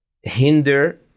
hinder